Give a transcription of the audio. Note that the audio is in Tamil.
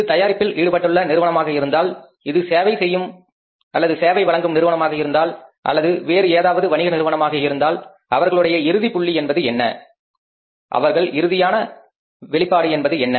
இது தயாரிப்பில் ஈடுபட்டுள்ள நிறுவனமாக இருந்தால் இது சேவை வழங்கும் நிறுவனமாக இருந்தால் அல்லது வேறு ஏதாவது வணிக நிறுவனமாக இருந்தால் அவர்களுடைய இறுதி புள்ளி என்பது என்ன அவர்கள் இறுதியான வெளிப்பாடு என்பது என்ன